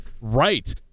Right